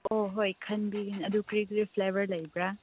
ꯑꯣ ꯍꯣꯏ ꯈꯟꯕꯤꯒꯦꯅꯦ ꯑꯗꯨ ꯀꯔꯤ ꯀꯔꯤ ꯐ꯭ꯂꯦꯕꯔ ꯂꯩꯕ꯭ꯔꯥ